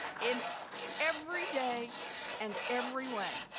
in every day and every way,